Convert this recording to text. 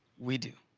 we do.